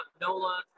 NOLA